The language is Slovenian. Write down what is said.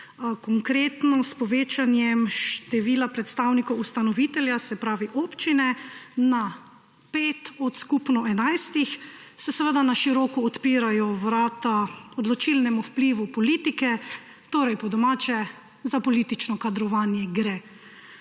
konkretno s povečanjem števila predstavnikov ustanovitelja, se pravi občine, na pet od skupno 11.S tem se seveda na široko odpirajo vrata odločilnemu vplivu politike, torej po domače, za politično kadrovanje gre.